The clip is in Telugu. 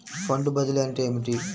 ఫండ్ బదిలీ అంటే ఏమిటి?